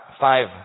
five